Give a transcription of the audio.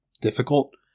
difficult